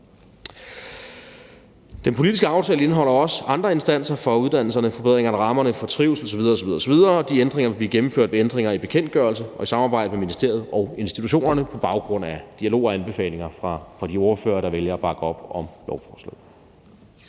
Den politiske aftale indeholder også andre indsatser for uddannelserne med forbedring af rammerne for trivsel osv. osv. De ændringer vil blive gennemført ved ændringer i bekendtgørelse og i samarbejde med ministeriet og institutionerne på baggrund af dialog med og anbefalinger fra de ordførere, der vælger at bakke op om lovforslaget.